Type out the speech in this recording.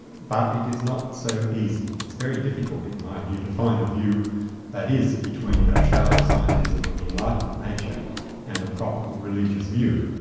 but it is not so easy. it's very difficult, in my view, to find a view that is between a shallow scientism of the enlightenment nature and a proper religious view.